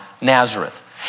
Nazareth